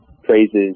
praises